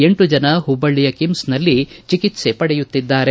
ಎಂಟು ಜನ ಹುಬ್ಬಳ್ಳಿಯ ಕಿಮ್ಸ್ ನಲ್ಲಿ ಚಿಕಿತ್ಸೆ ಪಡೆಯುತ್ತಿದ್ದಾರೆ